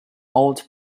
old